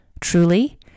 truly